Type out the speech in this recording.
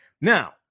Now